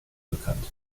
bekannt